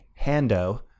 Hando